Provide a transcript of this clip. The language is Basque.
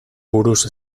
buruz